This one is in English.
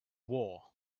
war